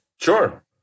Sure